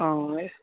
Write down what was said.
હં એ